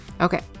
Okay